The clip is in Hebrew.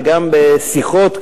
וגם בשיחות,